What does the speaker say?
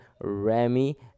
remy